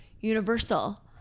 universal